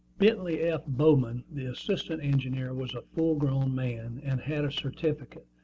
bentley f. bowman, the assistant engineer, was a full-grown man, and had a certificate,